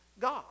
God